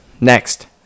next